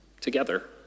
together